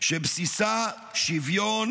שבסיסה שוויון